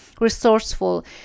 resourceful